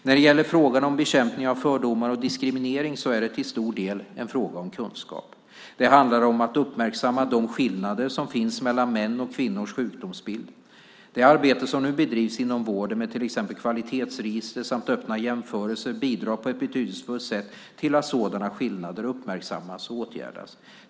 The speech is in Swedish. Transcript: När det gäller frågan om bekämpning av fördomar och diskriminering är det till stor del en fråga om kunskap. Det handlar om att uppmärksamma de skillnader som finns mellan mäns och kvinnors sjukdomsbild. Det arbete som nu bedrivs inom vården med till exempel kvalitetsregister samt öppna jämförelser bidrar på ett betydelsefullt sätt till att sådana skillnader uppmärksammas och åtgärdas.